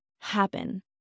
happen